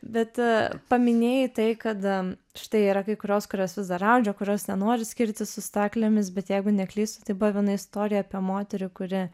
bet paminėjai tai kad štai yra kai kurios kurios vis dar audžia kurios nenori skirtis su staklėmis bet jeigu neklystu tai buvo viena istorija apie moterį kuri